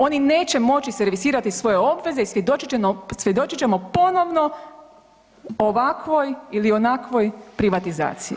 Oni neće moći servisirati svoje obveze i svjedočit ćemo ponovno ovakvoj ili onakvoj privatizaciji.